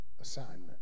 assignment